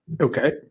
Okay